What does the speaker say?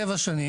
שבע שנים,